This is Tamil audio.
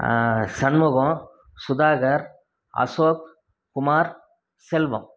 சண்முகம் சுதாகர் அசோக் குமார் செல்வம்